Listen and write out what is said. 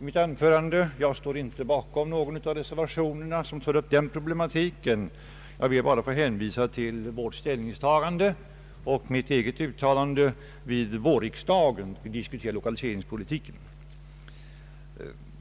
i mitt anförande, och jag står inte bakom någon av de reservationer som tog upp den problematiken. Jag hänvisar bara till vårt ställningstagande och mitt eget uttalande vid vårriksdagen, då vi diskuterade lokaliseringspolitiken.